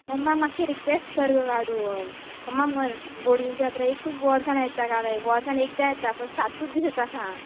मम्माक मात्शी रिक्वेस्ट कर गो गाडुळ मम्माक म्हण बोडगिणीची जात्रा एकुच वर्सान येता गांवान वर्सान एकदां येता पुण सातूच दीस येता सांग